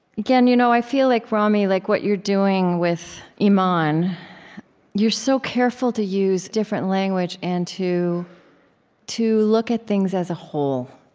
again, you know i feel like rami, like what you're doing with iman, you're so careful to use different language and to to look at things as a whole,